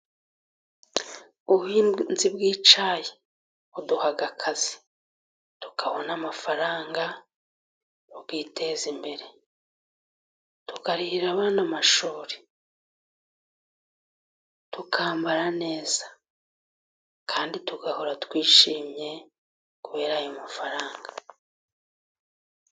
Ubuhinzi bw'icyayi buduha akazi ,tukabona amafaranga , tukiteza imbere , tukarihira abana amashuri , tukambara neza , kandi tugahora twishimye kubera ayo mafaranga.